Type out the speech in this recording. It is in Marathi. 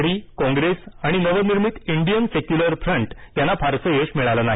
डावी आघाडी काँग्रेस आणि नवनिर्मित इंडियन सेक्युलर फ्रंट यांना फारसं यश मिळालं नाही